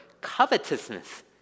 covetousness